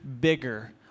Bigger